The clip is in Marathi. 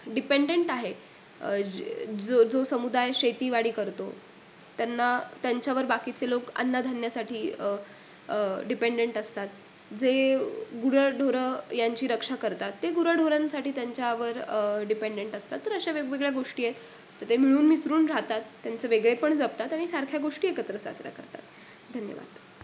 डिपेंडेंट आहे जो जो समुदाय शेतीवाडी करतो त्यांना त्यांच्यावर बाकीचे लोक अन्नधान्यासाठी डिपेंडेंट असतात जे गुरं ढोरं यांची रक्षा करतात ते गुराढोरांसाठी त्यांच्यावर डिपेंडंट असतात तर अशा वेगवेगळ्या गोष्टी आहेत तर ते मिळून मिसळून राहतात त्यांचं वेगळेपण जपतात आणि सारख्या गोष्टी एकत्र साजऱ्या करतात धन्यवाद